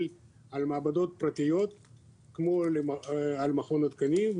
על מעבדות פרטיות כמו על מכון התקנים,